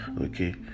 okay